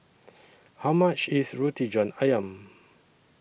How much IS Roti John Ayam